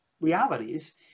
realities